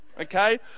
okay